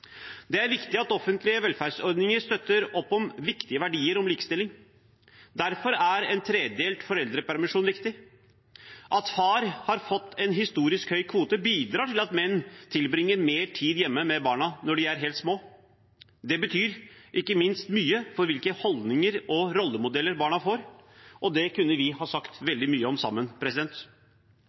Det er viktig at offentlige velferdsordninger støtter opp om viktige verdier som likestilling. Derfor er en tredelt foreldrepermisjon viktig. At far har fått en historisk høy kvote, bidrar til at menn tilbringer mer tid hjemme med barna når de er helt små. Det betyr ikke minst mye for hvilke holdninger og rollemodeller barna får – og det kunne vi ha sagt veldig mye om sammen, president.